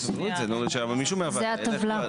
שמישהו מהוועדה ילך אליה.